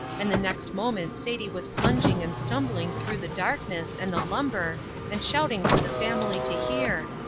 and the next moment sadie was plunging and stumbling through the darkness and the lumber and shouting for the family to hear,